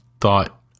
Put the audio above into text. thought